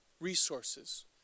resources